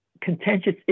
contentious